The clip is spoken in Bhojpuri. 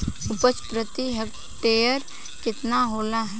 उपज प्रति हेक्टेयर केतना होला?